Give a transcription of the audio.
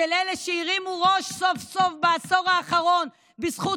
של אלה שהרימו ראש סוף-סוף בעשור האחרון בזכות